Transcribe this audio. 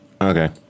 Okay